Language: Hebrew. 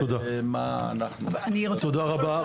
תודה רבה.